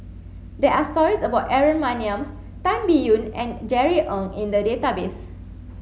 there are stories about Aaron Maniam Tan Biyun and Jerry Ng in the database